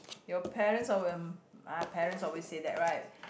your parents all will ah parents always say that right